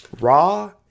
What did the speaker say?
Raw